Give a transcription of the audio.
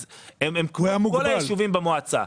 אז הם כמו כל היישובים במועצה.